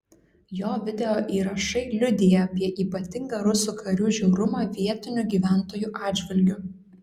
jo videoįrašai liudija apie ypatingą rusų karių žiaurumą vietinių gyventojų atžvilgiu